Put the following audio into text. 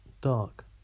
dark